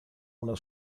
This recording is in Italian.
una